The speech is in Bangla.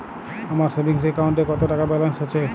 আমার সেভিংস অ্যাকাউন্টে কত টাকা ব্যালেন্স আছে?